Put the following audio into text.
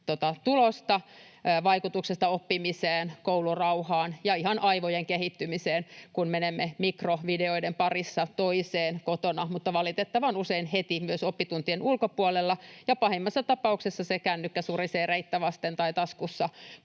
vaikutuksesta oppimiseen, koulurauhaan ja ihan aivojen kehittymiseen, kun mennään mikrovideosta toiseen kotona mutta valitettavan usein myös heti oppituntien ulkopuolella, ja pahimmassa tapauksessa se kännykkä surisee reittä vasten tai taskussa,